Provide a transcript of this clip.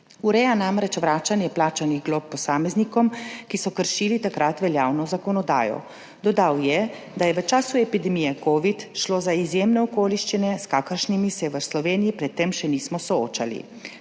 Ureja namreč vračanje plačanih glob posameznikom, ki so kršili takrat veljavno zakonodajo. Dodal je, da je v času epidemije covida šlo za izjemne okoliščine, s kakršnimi se v Sloveniji pred tem še nismo soočali.